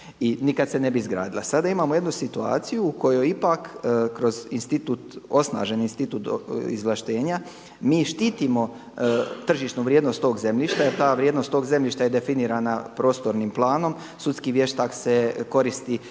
nikada se ne bi izgradila. Sada imamo jednu situaciju u kojoj ipak kroz institut, osnaženi institut izvlaštenja mi štitimo tržišnu vrijednost tog zemljišta, jer ta vrijednost tog zemljišta je definira prostornim planom. Sudski vještak se koristi